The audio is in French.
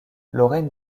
lorraine